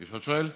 יש עוד שואל?